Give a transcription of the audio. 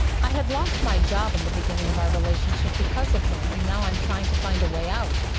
i have lost my job in the beginning of our relationship because of him and, now, i'm trying to find a way out.